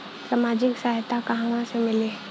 सामाजिक सहायता कहवा से मिली?